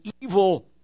evil